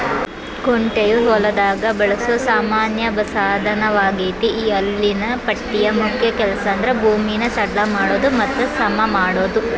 ಕುಂಟೆಯು ಹೊಲದಾಗ ಬಳಸೋ ಸಾಮಾನ್ಯ ಸಾದನವಗೇತಿ ಈ ಹಲ್ಲಿನ ಪಟ್ಟಿಯ ಮುಖ್ಯ ಕೆಲಸಂದ್ರ ಭೂಮಿನ ಸಡ್ಲ ಮಾಡೋದು ಮತ್ತ ಸಮಮಾಡೋದು